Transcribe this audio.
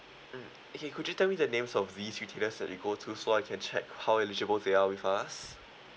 mm okay could you tell me the names of these retailers that you go to so I can check how eligible they are with us